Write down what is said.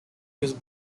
was